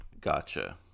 Gotcha